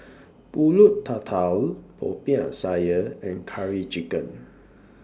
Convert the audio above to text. Pulut Tatal Popiah Sayur and Curry Chicken